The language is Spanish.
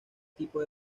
tipo